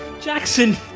Jackson